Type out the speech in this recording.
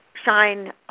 shine